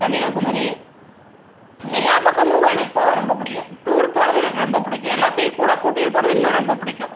கன்னியாகுமரி எல்லா பக்கமும் எனக்கு போக ரொம்ப பிடிக்கும் டூர் போகிறது எனக்கு ரொம்ப பிடிக்கும் எல்லாத்தையும் கூட கூட்டிகிட்டு போகிறது இன்னும் ரொம்ப பிடிக்கும்